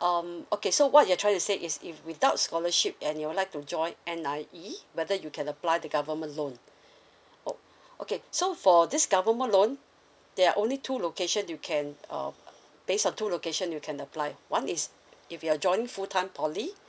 um okay so what you're trying to say is if without scholarship and you would like to join N_I_E whether you can apply the government loan orh okay so for this government loan there are only two location you can uh based on two location you can apply one is if you are joining full time poly